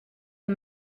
les